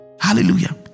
hallelujah